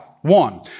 One